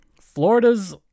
Florida's